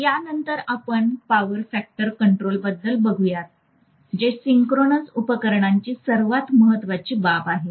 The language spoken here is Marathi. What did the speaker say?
यानंतर आपण पॉवर फॅक्टर कंट्रोलबद्दल बघुयात जे सिंक्रोनस उपकरणची सर्वात महत्वाची बाब आहे